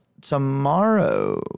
tomorrow